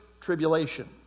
Tribulation